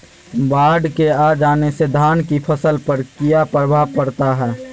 बाढ़ के आ जाने से धान की फसल पर किया प्रभाव पड़ता है?